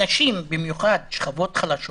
אנשים במיוחד משכבות חלשות